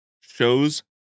shows